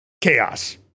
chaos